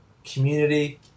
community